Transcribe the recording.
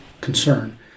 concern